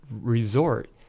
resort